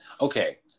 okay